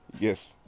yes